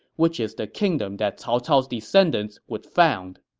which is the kingdom that cao cao's descendants will found.